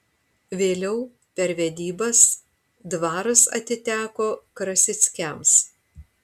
vėliau per vedybas dvaras atiteko krasickiams